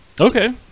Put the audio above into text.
Okay